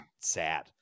sad